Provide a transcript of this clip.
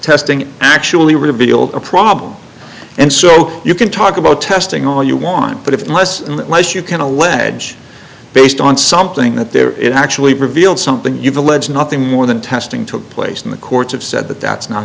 testing actually revealed a problem and so you can talk about testing all you want but if less and less you can allege based on something that there is actually revealed something you've alleged nothing more than testing took place in the courts have said that that's not